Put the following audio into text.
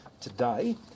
today